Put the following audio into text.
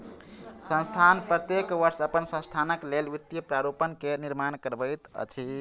संस्थान प्रत्येक वर्ष अपन संस्थानक लेल वित्तीय प्रतिरूपण के निर्माण करबैत अछि